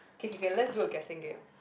K K K lets do a guessing game